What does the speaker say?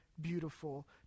beautiful